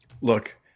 Look